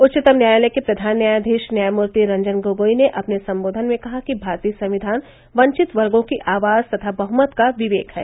उच्चतम न्यायालय के प्रधान न्यायाधीश न्यायमूर्ति रंजन गोगोई ने अपने संबोधन में कहा कि भारतीय संविधान वंचित वर्गों की आवाज तथा बहमत का विवेक है